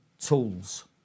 tools